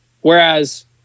Whereas